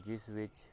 ਜਿਸ ਵਿੱਚ